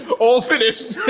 all finished!